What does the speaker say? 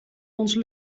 onze